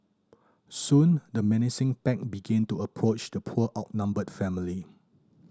soon the menacing pack began to approach the poor outnumbered family